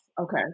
Okay